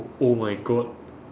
oh my god